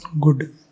good